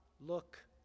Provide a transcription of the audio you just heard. look